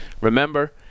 remember